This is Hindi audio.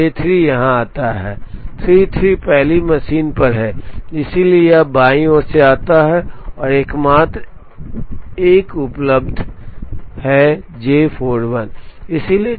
तो J3 यहां आता है 33 पहली मशीन पर है इसलिए यह बाईं ओर से आता है और एकमात्र 1 उपलब्ध है J4